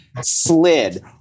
slid